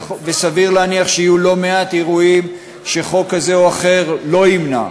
וסביר להניח שיהיו לא מעט אירועים שחוק כזה או אחר לא ימנע.